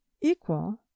equal